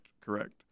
correct